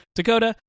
Dakota